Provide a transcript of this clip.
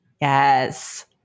Yes